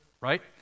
right